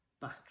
back